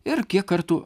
ir kiek kartų